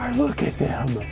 look at them! oh,